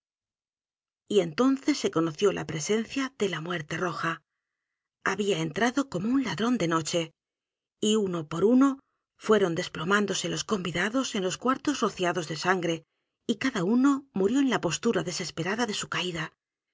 y entonces se conoció la presencia de la muerte roja había entrado como un ladrón de noche y uno edgar poe novelas y cuentos por uno fueron desplomándose los convidados en los cuartos rociados de sangre y cada uno murió en la postura desesperada de su caída